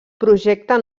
projecte